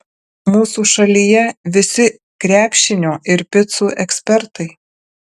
mūsų šalyje visi krepšinio ir picų ekspertai